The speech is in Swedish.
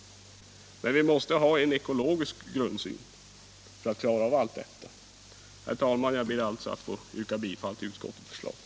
Men vi måste ha en ekologisk grundsyn för att klara av allt detta. Herr talman! Jag ber att få yrka bifall till utskottets hemställan.